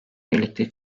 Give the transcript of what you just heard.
birlikte